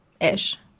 Ish